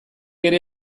ere